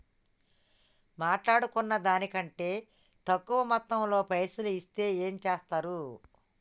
మాట్లాడుకున్న దాని కంటే తక్కువ మొత్తంలో పైసలు ఇస్తే ఏం చేత్తరు?